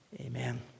Amen